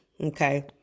Okay